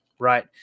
right